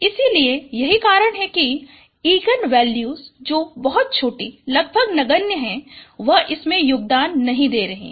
इसलिए यही कारण है कि इगन वैल्यूज जो बहुत छोटा लगभग नगण्य है वह इसमें योगदान नहीं दे रहा है